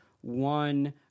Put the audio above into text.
one